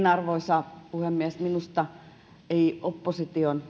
arvoisa puhemies minusta opposition